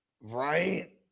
Right